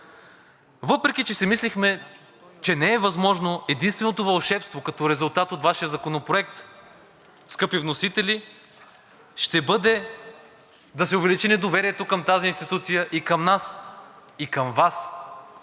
Въпреки че си мислехме, че не е възможно, единственото „вълшебство“ като резултат от Вашия законопроект, скъпи вносители, ще бъде да се увеличи недоверието към тази институция – и към нас, и към Вас.